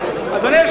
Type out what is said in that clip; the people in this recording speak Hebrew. בהבנה.